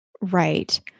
Right